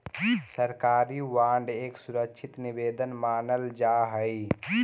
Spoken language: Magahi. सरकारी बांड एक सुरक्षित निवेश मानल जा हई